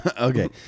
Okay